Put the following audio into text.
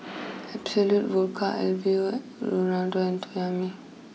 absolut Vodka Alfio and Toyomi